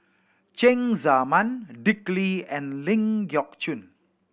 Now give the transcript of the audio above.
Cheng Tsang Man Dick Lee and Ling Geok Choon